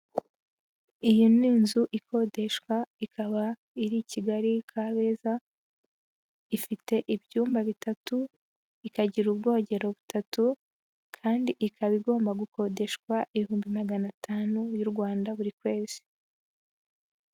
IyI ni inzu ikodeshwa, ikaba iri Kigali, Kabeza, ifite ibyumba bitatu, ikagira ubwogero butatu, kandi ikaba igomba gukodeshwa ibihumbi magana atanu y'u Rwanda buri kwezi.